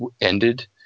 ended